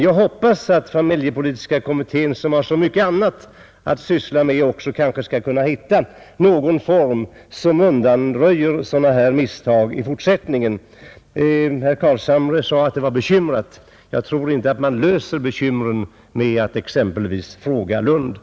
Jag hoppas dock att familjepolitiska kommittén, som har så mycket annat att syssla med, kanske också skall kunna hitta någon form för att undanröja sådana misstag i fortsättningen. Herr Carlshamre sade att det var bekymmersamt, men jag tror inte att man löser bekymren med att exempelvis — fråga Lund.